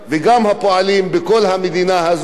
למי בסוף הם הצביעו,